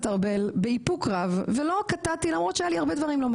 משה ארבל באיפוק רב ולא קטעתי אותו למרות